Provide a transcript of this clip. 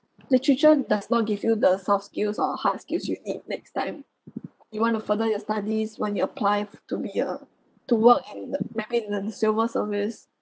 literature does not give you the soft skills or a hard skills you need next time you want to further your studies when you apply for to be a to work and maybe in the civil service